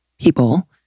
people